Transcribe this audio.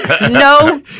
no